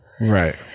right